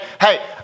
hey